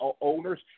owners